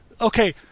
okay